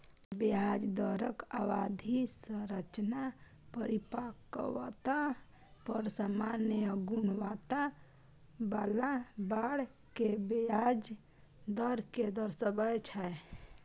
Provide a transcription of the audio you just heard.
ब्याज दरक अवधि संरचना परिपक्वता पर सामान्य गुणवत्ता बला बांड के ब्याज दर कें दर्शाबै छै